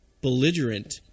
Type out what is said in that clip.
belligerent